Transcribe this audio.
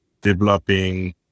developing